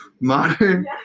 modern